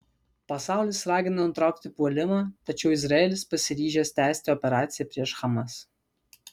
pasaulis ragina nutraukti puolimą tačiau izraelis pasiryžęs tęsti operaciją prieš hamas